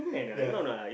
ya